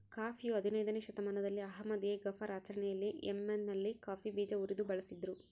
ಕಾಫಿಯು ಹದಿನಯ್ದನೇ ಶತಮಾನದಲ್ಲಿ ಅಹ್ಮದ್ ಎ ಗಫರ್ ಆಚರಣೆಯಲ್ಲಿ ಯೆಮೆನ್ನಲ್ಲಿ ಕಾಫಿ ಬೀಜ ಉರಿದು ಬಳಸಿದ್ರು